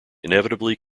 inevitably